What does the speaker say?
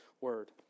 word